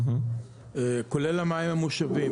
כולל המים המושבים,